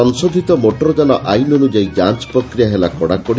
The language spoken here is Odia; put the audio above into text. ସଂଶୋଧୂତ ମୋଟରଯାନ ଆଇନ ଅନ୍ତଯାୟୀ ଯାଞ୍ ପ୍ରକ୍ରିୟା ହେଲା କଡ଼ାକଡ଼ି